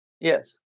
Yes